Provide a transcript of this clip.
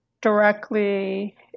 directly